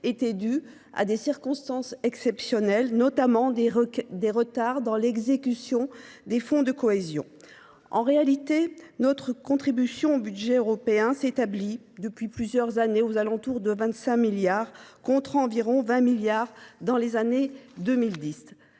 était dû à des circonstances exceptionnelles, notamment des retards dans l’exécution des fonds de cohésion. En réalité, notre contribution au budget européen s’établit, depuis plusieurs années, autour de 25 milliards d’euros, contre environ 20 milliards d’euros dans les années 2010.